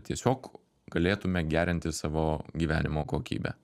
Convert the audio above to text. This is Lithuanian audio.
tiesiog galėtume gerinti savo gyvenimo kokybę